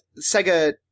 Sega